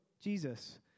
Jesus